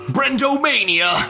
Brendomania